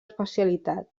especialitat